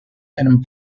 and